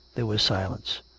there was silence.